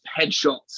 headshots